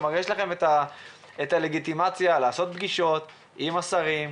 כלומר יש לכם את הלגיטימציה לעשות פגישות עם השרים,